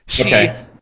Okay